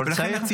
כל צעיר?